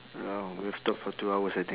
!wow! we have talk for two hours I think